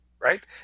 right